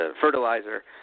fertilizer